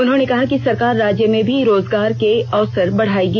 उन्होंने कहा कि सरकार राज्य में भी रोजगार के अवसर बढ़ायेगी